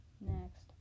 Next